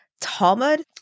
Talmud